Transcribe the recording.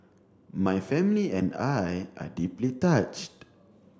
my family and I are deeply touched